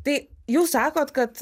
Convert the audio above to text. tai jūs sakot kad